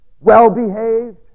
Well-behaved